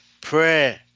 Prayer